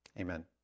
Amen